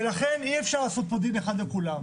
ולכן אי אפשר לעשות פה דין אחד לכולם.